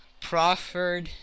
proffered